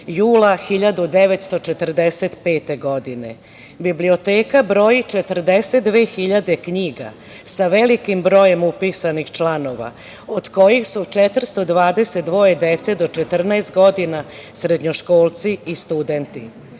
jula 1945. godine. Biblioteka broji 42 hiljade knjiga sa velikim brojem upisanih članova, od kojih su 422 dece do 14 godina, srednjoškolci i studenti. Narodna